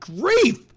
grief